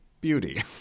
beauty